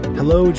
hello